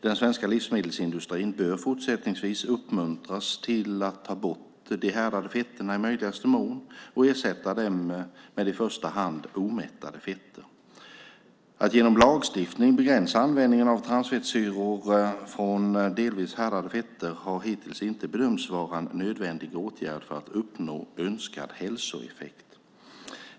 Den svenska livsmedelsindustrin bör fortsättningsvis uppmuntras att ta bort de härdade fetterna i möjligaste mån och ersätta dem med i första hand omättade fetter. Att genom lagstiftning begränsa användning av transfettsyror från delvis härdade fetter har hittills inte bedömts vara en nödvändig åtgärd för att uppnå önskad hälsoeffekt.